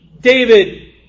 David